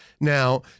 now